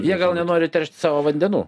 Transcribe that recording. jie gal nenori teršti savo vandenų